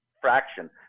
fraction